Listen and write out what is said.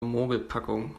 mogelpackung